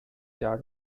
jahr